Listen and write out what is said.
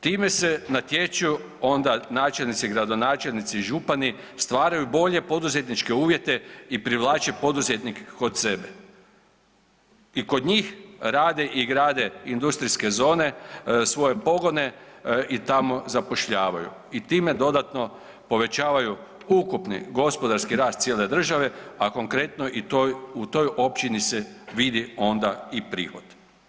Time se natječu onda načelnici, gradonačelnici, župani, stvaraju bolje poduzetničke uvjete i privlače poduzetnike kod sebe i kod njih grade i rade industrijske zone, svoje pogone i tamo zapošljavaju i time dodatno povećavaju ukupni gospodarski rast cijele države, a konkretno u toj općini se vidi onda i prihod.